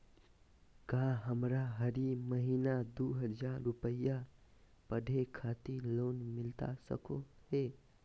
का हमरा हरी महीना दू हज़ार रुपया पढ़े खातिर लोन मिलता सको है?